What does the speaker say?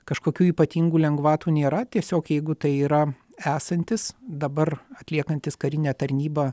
kažkokių ypatingų lengvatų nėra tiesiog jeigu tai yra esantis dabar atliekantis karinę tarnybą